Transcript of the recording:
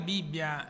Bibbia